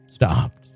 stopped